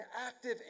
active